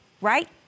Right